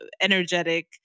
energetic